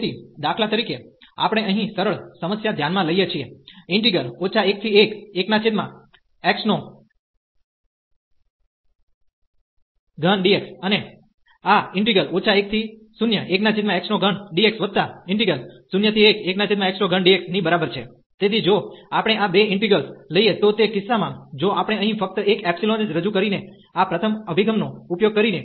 તેથી દાખલા તરીકે આપણે અહીં સરળ સમસ્યા ધ્યાનમાં લઈએ છીએ 111x3dx અને આ 101x3dx011x3dx ની બરાબર છે તેથી જો આપણે આ બે ઇન્ટિગ્રેલ્સ લઈએ તો તે કિસ્સામાં જો આપણે અહીં ફક્ત એક ϵ જ રજૂ કરીને આ પ્રથમ અભિગમનો ઉપયોગ કરીએ